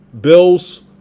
Bills